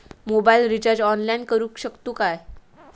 Mobile recharge online करुक शकतू काय?